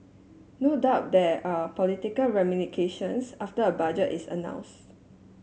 no doubt there are political ramifications after a budget is announce